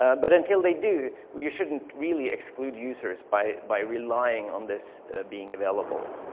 but until they do, you shouldn't really exclude users by by relying on this being available.